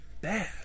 bad